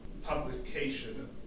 publication